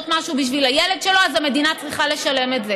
משהו בשביל הילד שלו אז המדינה צריכה לשלם את זה.